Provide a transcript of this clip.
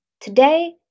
Today